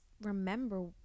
remember